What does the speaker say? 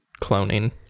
cloning